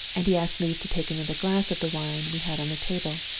and he asked leave to take another glass of the wine we had on the table.